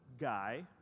guy